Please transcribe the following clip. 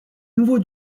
nouveau